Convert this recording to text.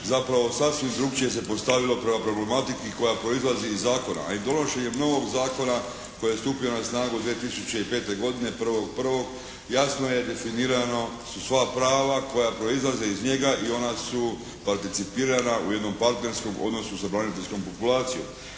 zapravo sasvim drukčije se postavila prema problematici koja proizlazi iz zakona. A i donošenjem novog Zakona koji je stupio na snagu 2005. godine 1.1. jasno je definirano su sva prava koja proizlaze iz njega i ona su participirana u jednom partnerskom odnosu sa braniteljskom populacijom.